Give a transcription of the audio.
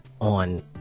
on